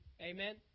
Amen